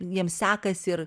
jiems sekasi ir